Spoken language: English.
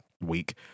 week